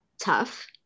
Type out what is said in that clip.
Tough